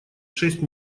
шесть